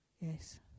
Yes